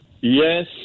Yes